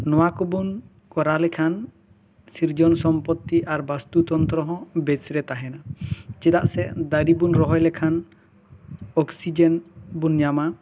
ᱱᱚᱣᱟ ᱠᱚᱵᱚᱱ ᱠᱚᱨᱟᱣ ᱞᱮᱠᱷᱟᱱ ᱥᱤᱨᱡᱚᱱ ᱥᱚᱢᱯᱚᱛᱛᱤ ᱟᱨ ᱵᱚᱥᱛᱩ ᱛᱚᱱᱛᱨᱚ ᱦᱚ ᱵᱮᱥ ᱨᱮ ᱛᱟᱦᱮᱱᱟ ᱪᱮᱫᱟᱜ ᱥᱮ ᱫᱟᱨᱮ ᱵᱚᱱ ᱨᱚᱦᱚᱭ ᱞᱮᱠᱷᱟᱱ ᱚᱠᱥᱤᱡᱮᱱ ᱵᱚᱱ ᱧᱟᱢᱟ